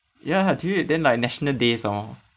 ya dude then like national day song